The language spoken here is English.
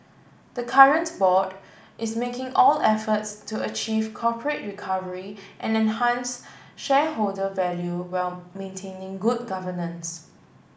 the current board is making all efforts to achieve corporate recovery and enhance shareholder value while maintaining good governance